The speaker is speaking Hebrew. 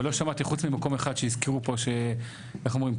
ולא שמעתי חוץ ממקום אחד שהזכירו פה שאיך אומרים?